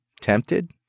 Tempted